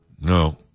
No